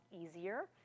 easier